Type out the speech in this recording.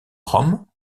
rome